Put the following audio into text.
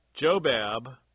Jobab